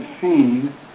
seen